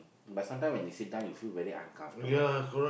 but sometimes when you sit down you feel very uncomfortable